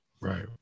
right